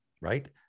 right